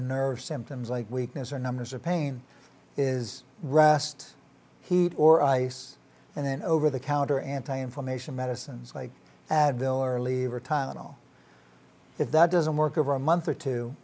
nerve symptoms like weakness or numbers or pain is rest he or ice and then over the counter anti information medicines like advil or leave or tylenol if that doesn't work over a month or two